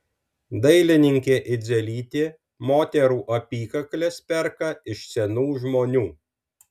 dailininkė idzelytė moterų apykakles perka iš senų žmonių